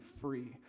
free